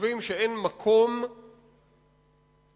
שחושבים שאין מקום להתחשבות